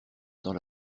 dans